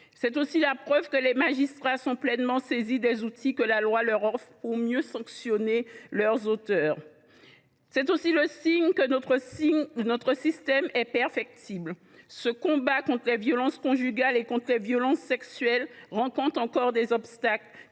C’est aussi la preuve que les magistrats se sont pleinement saisis des outils que la loi leur offre pour mieux sanctionner les auteurs. C’est aussi le signe que notre système est perfectible. Le combat contre les violences conjugales et sexuelles rencontre encore des obstacles